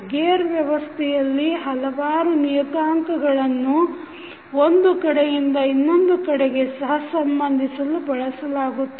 gear ವ್ಯವಸ್ಥೆಯಲ್ಲಿ ಹಲವಾರು ನಿಯತಾಂಕಗಳನ್ನು ಒಂದು ಕಡೆಯಿಂದ ಇನ್ನೊಂದು ಕಡೆಗೆ ಸಹ ಸಂಬಂಧಿಸಲು ಬಳಸಲಾಗುತ್ತದೆ